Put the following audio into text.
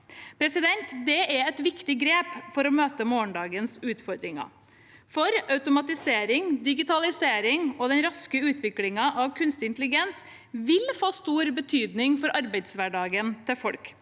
sammenheng. Det er et viktig grep for å møte morgendagens utfordringer. Automatisering, digitalisering og den raske utviklingen av kunstig intelligens vil få stor betydning for arbeidshverdagen til folk.